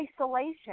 isolation